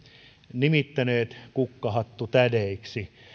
nimittäneet kukkahattutädeiksi